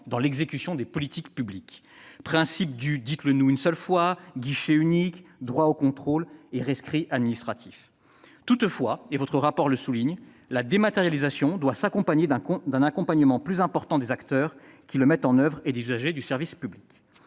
dans l'exécution des politiques publiques : principe du « dites-le-nous une fois », guichet unique, droit au contrôle et rescrit administratif. Toutefois, et le rapport de la Cour le souligne, la dématérialisation doit être associée à un accompagnement plus important des acteurs qui la mettent en oeuvre et des usagers du service public.